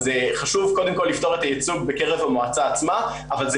חשוב קודם כל לפתור את הייצוג בקרב המועצה עצמה אבל זה